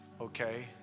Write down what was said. okay